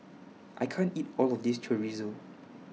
I can't eat All of This Chorizo